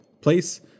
place